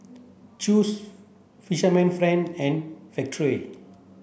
Chew's Fisherman friend and Factorie